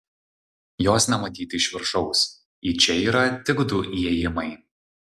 jos nematyti iš viršaus į čia yra tik du įėjimai